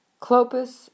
Clopas